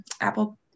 Apple